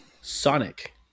Sonic